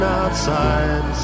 outside